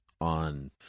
on